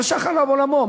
חשך עליו עולמו.